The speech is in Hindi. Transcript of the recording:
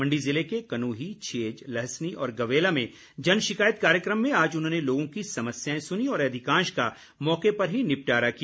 मण्डी ज़िले के कनूही छेज लहसनी और गवैला में जन शिकायत कार्यक्रम में आज उन्होंने लोगों की समस्याएं सुनीं और अधिकांश का मौके पर ही निपटारा किया